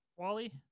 Wally